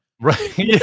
Right